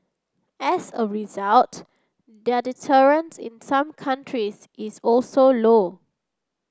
as a result their deterrence in some countries is also low